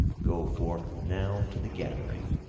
go forth now to the gathering,